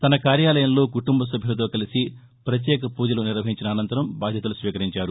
తన కార్యాలయంలో కుటుంబ సభ్యులతో కలిసి ప్రత్యేక పూజలు నిర్వహించిన అనంతరం చర్యలు స్వీకరించారు